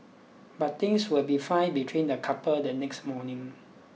but things would be fine between the couple the next morning